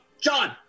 John